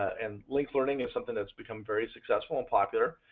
and links learning is something that's become very successful and popular.